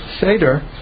Seder